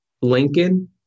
Lincoln